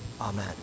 Amen